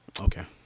Okay